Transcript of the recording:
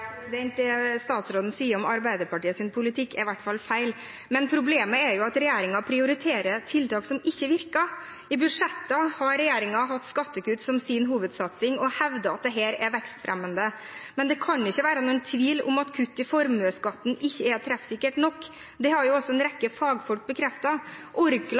Det statsråden sier om Arbeiderpartiets politikk, er i hvert fall feil. Problemet er jo at regjeringen prioriterer tiltak som ikke virker. I budsjettet har regjeringen hatt skattekutt som sin hovedsatsing, og hevder at dette er vekstfremmende, men det kan ikke være noen tvil om at kutt i formuesskatten ikke er treffsikkert nok. Det har jo også en